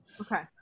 Okay